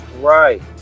Right